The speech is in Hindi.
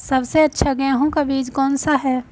सबसे अच्छा गेहूँ का बीज कौन सा है?